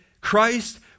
Christ